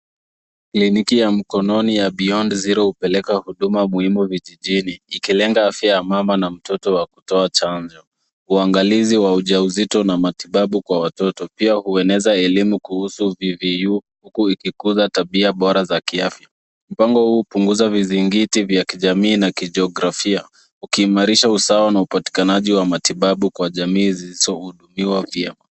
Kliniki ya mkononi ya Beyond Zero hupeleka huduma muhimu vijijini, ikilenga afya ya mama na mtoto kwa kutoa chanjo, uangalizi wa ujauzito na matibabu kwa watoto, pia hueneza elimu kuhusu VVU huku ikikuza tabia bora za kiafya. Mpango huu hupunguza vizingiti vya kijamii na kijografia ukiimarisha usawa na upatikanaji wa matibabu kwa jamii zote.